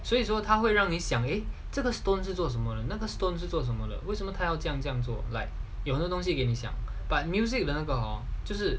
所以说会让你想 eh 这个 stone 制作什么 another stone 是做什么的为什么他要这样这样 like 有很多的东西给你想 but music 的那个 hor